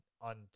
on